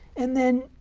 and then,